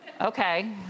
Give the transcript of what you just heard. Okay